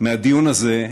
מהדיון הזה,